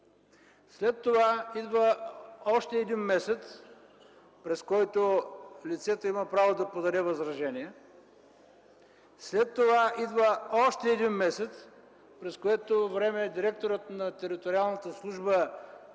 След това идва още един месец, през който лицето има право да подаде възражение. След това идва още един месец, през което време директорът на